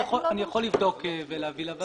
אני יכול לבדוק ולמסור לוועדה.